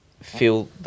feel